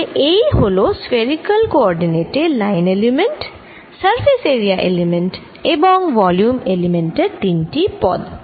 তাহলে এই হল স্ফেরিকাল কোঅরডিনেট এ line element surface area element এবং ভলিউম এলিমেন্ট এর তিনটি পদ